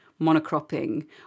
monocropping